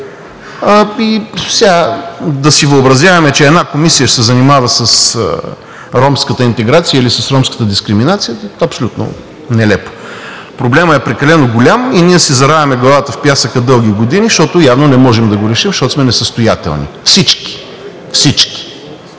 Да си въобразяваме, че една комисия ще се занимава с ромската интеграция или с ромската дискриминация, е абсолютно нелепо. Проблемът е прекалено голям и ние си заравяме главата в пясъка дълги години, защото явно не можем да го решим, защото сме несъстоятелни – всички.